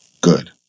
Good